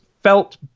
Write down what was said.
felt